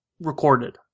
recorded